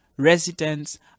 residents